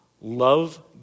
love